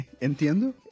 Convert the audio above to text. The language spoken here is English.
Entiendo